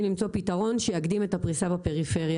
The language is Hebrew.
למצוא פתרון שיקדים את הפריסה בפריפריה.